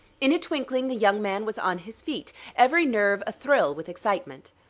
in a twinkling the young man was on his feet, every nerve a-thrill with excitement.